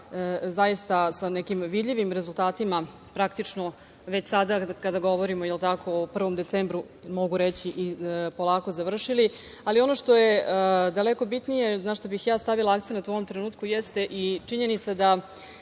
zaista sa nekim vidljivim rezultatima praktično, već sada kada govorimo o 1. decembru, mogu reći polako završili. Ono što je daleko bitnije, na šta bih ja stavila akcenat u ovom trenutku, jeste i činjenica da